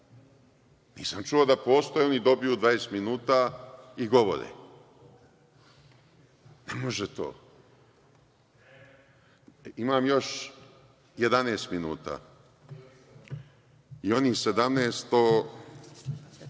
Nisam čuo da postoje, a oni dobiju 20 minuta i govore. Ne može to. Imam još 11 minuta i onih 17